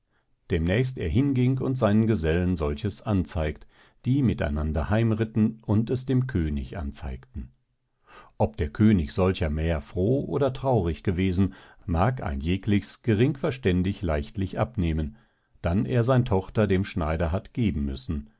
demnächst er hinging und seinen gesellen solches anzeigt die mit einander heim ritten und es dem könig anzeigten ob der könig solcher mähr froh oder traurig gewesen mag ein jeglichs gering verständig leichtlich abnehmen dann er sein tochter dem schneider hat geben müssen